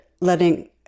letting